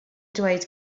dweud